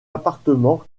appartement